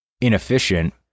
inefficient